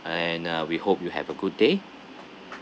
and uh we hope you have a good day